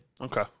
Okay